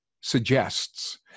suggests